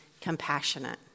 compassionate